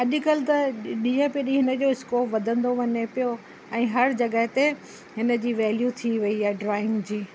अॼुकल्ह त ॾींहं पियो ॾींहुं हिन जो स्कोप वधंदो वञे पियो ऐं हर जॻह ते हिन जी वैल्यू थी वई आहे ड्रॉइंग जी